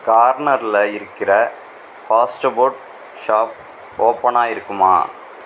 கார்னரில் இருக்கிற fast food shop ஓபனாக இருக்குமா